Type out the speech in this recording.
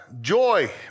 Joy